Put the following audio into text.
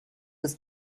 was